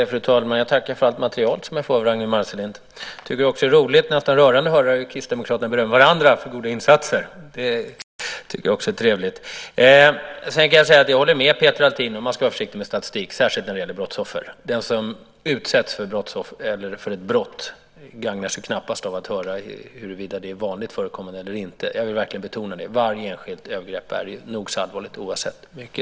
Fru talman! Jag tackar för allt material som jag får av Ragnwi Marcelind. Jag tycker att det är roligt och rörande höra hur Kristdemokraterna berömmer varandra för goda insatser. Det är trevligt. Jag håller med Peter Althin om att man ska vara försiktig med statistiken, särskilt när det gäller brottsoffer. Den som utsätts för ett brott gagnas knappast av att höra huruvida det är vanligt förekommande eller inte. Jag vill verkligen betona att varje enskilt övergrepp är nog så allvarligt.